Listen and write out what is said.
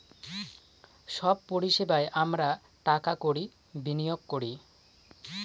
সব পরিষেবায় আমরা টাকা কড়ি বিনিয়োগ করি